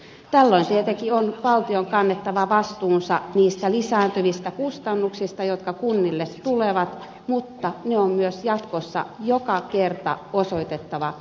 tällöin tietenkin valtion on kannettava vastuunsa niistä lisääntyvistä kustannuksista jotka kunnille tulee mutta ne on myös jatkossa joka kerta osoitettava uusissa asetuksissa tai lakiluonnoksissa